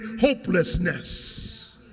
hopelessness